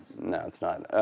no it's not.